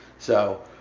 so,